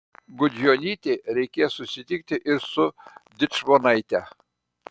gudjonytei reikės susitikti ir su dičmonaite